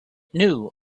knew